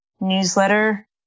newsletter